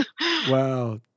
Wow